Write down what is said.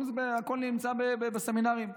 הכול נמצא בסמינרים.